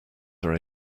are